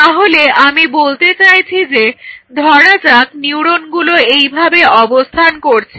তাহলে আমি বলতে চাইছি যে ধরা যাক নিউরনগুলো এইভাবে অবস্থান করছে